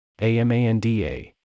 A-M-A-N-D-A